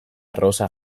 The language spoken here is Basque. arrosa